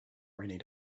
raining